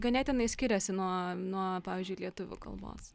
ganėtinai skiriasi nuo nuo pavyzdžiui lietuvių kalbos